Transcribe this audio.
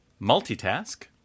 multitask